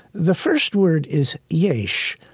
the first word is yaish.